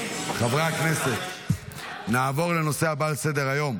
חברי הכנסת, נעבור לנושא הבא על סדר-היום,